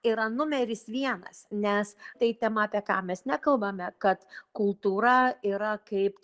yra numeris vienas nes tai tema apie ką mes nekalbame kad kultūra yra kaip